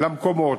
למקומות.